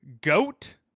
Goat